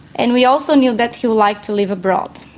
and we also knew that he liked to live abroad.